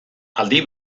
aldi